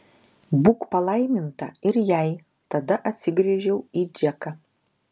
būk palaiminta ir jai tada atsigręžiau į džeką